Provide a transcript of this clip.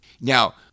Now